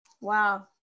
Wow